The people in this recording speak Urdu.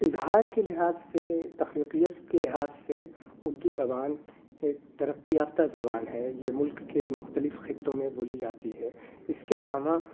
اظہار کے لحاظ سے تخلیقیت کے لحاظ سے اردو زبان ایک ترقّی یافتہ زبان ہے یہ ملک کے مختلف خِطّوں میں بولی جاتی ہے اس کے علاوہ